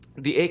the